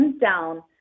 down